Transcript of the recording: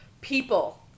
people